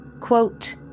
quote